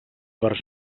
per